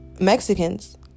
Mexicans